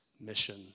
mission